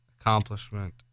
accomplishment